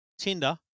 Tinder